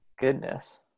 goodness